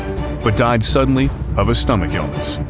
but died suddenly of a stomach illness.